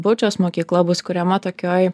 bučos mokykla bus kuriama tokioj